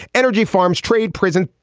energy farms, trade, prison,